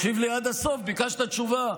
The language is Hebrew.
תקשיב לי עד הסוף, ביקשת תשובה.